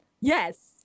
yes